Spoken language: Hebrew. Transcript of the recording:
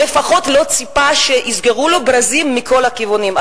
לפחות לא ציפה שיסגרו לו ברזים מכל הכיוונים.